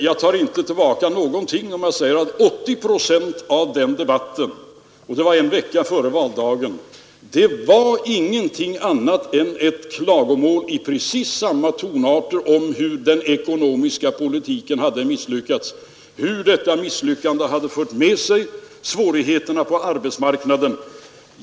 Jag behöver inte ta tillbaka någonting om jag säger att 80 procent av den debatten — som alltså hölls en vecka före valet — var ingenting annat än ett klagomål i precis samma tonarter som nu om hur den ekonomiska politiken hade misslyckats och om hur detta misslyckande hade fört med sig svårigheterna på arbetsmarknaden.